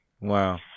Wow